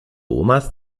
omas